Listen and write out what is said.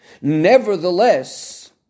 nevertheless